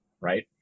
right